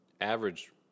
average